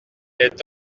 est